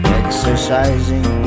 exercising